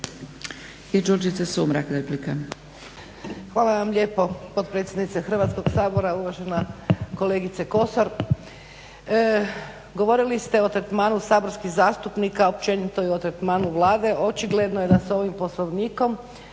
I Đurđica Sumrak, replika.